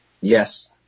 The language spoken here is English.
Yes